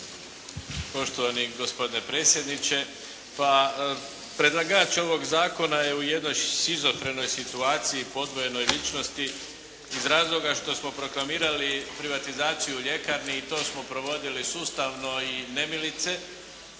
Poštovani gospodine predsjedniče. Pa predlagač ovog zakona je u jednoj …/Govornik se ne razumije./… situaciji, podvojenoj ličnosti iz razloga što smo proklamirali privatizaciju ljekarni i to smo provodili sustavno i nemilice,